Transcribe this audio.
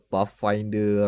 Pathfinder